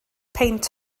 peint